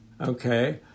Okay